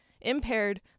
impaired